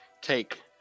take